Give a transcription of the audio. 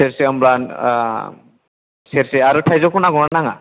सेरसे होनब्ला सेरसे आरो थाइजौखौ नांगौ ना नाङा